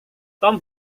tom